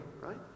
right